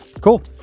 Cool